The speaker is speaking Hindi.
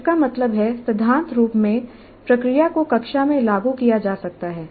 इसका मतलब है सिद्धांत रूप में प्रक्रिया को कक्षा में लागू किया जा सकता है